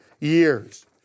years